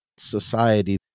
Society